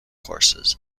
courses